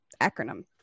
acronym